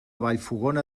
vallfogona